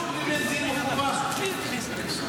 זה בדיוק לאיפה שזה מכוון.